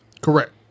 Correct